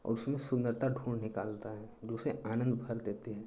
और उसमें सुन्दरता ढूँढ निकालता है दूसरे आनन्द फल देते हैं